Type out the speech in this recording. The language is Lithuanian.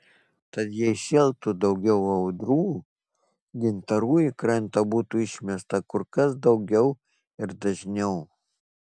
tad jei šėltų daugiau audrų gintarų į krantą būtų išmesta kur kas daugiau ir dažniau